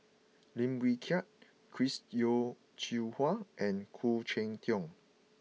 Lim Wee Kiak Chris Yeo Siew Hua and Khoo Cheng Tiong